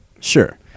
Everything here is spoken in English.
Sure